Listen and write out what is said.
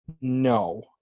No